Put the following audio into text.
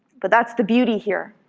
but that's the beauty here.